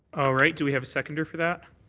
right. do we have a seconder for that?